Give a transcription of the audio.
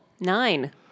nine